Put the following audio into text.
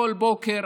בכל בוקר,